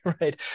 right